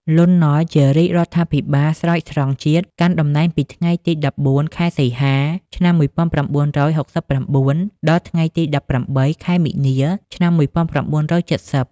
លន់ នល់ ជារាជរដ្ឋាភិបាលស្រោចស្រង់ជាតិ កាន់តំណែងពីថ្ងៃទី១៤ ខែសីហា ឆ្នាំ១៩៦៩ ដល់ថ្ងៃទី ១៨ ខែមីនា ឆ្នាំ១៩៧០។